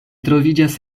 troviĝas